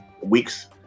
weeks